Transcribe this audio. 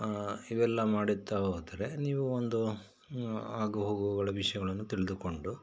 ಇವೆಲ್ಲ ಮಾಡುತ್ತಾ ಹೋದರೆ ನೀವು ಒಂದು ಆಗು ಹೋಗುಗಳ ವಿಷಯಗಳನ್ನು ತಿಳಿದುಕೊಂಡು